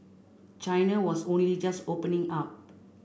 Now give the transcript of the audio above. China was only just opening up